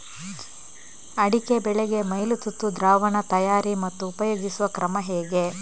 ಅಡಿಕೆ ಬೆಳೆಗೆ ಮೈಲುತುತ್ತು ದ್ರಾವಣ ತಯಾರಿ ಮತ್ತು ಉಪಯೋಗಿಸುವ ಕ್ರಮ ಹೇಗೆ?